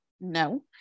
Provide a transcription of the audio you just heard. no